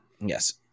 Yes